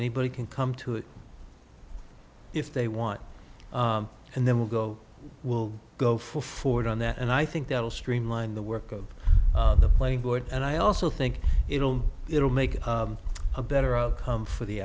anybody can come to it if they want and then we'll go we'll go forward on that and i think there will streamline the work of the playing board and i also think it'll it'll make it a better outcome for the